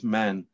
men